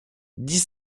dix